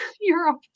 Europe